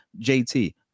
JT